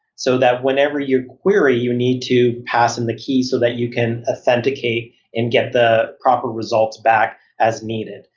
so that whenever you query, you need to pass in the key so that you can authenticate and get the proper results back as needed.